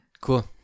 Cool